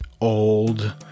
old